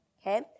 okay